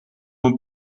een